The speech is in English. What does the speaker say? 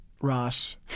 Ross